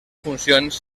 funcions